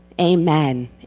amen